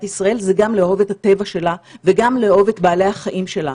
ישראל זה גם לאהוב את הטבע שלה וגם לאהוב את בעלי החיים שלה.